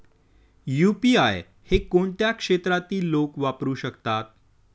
UPI हे कोणत्या क्षेत्रातील लोक वापरू शकतात?